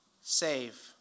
save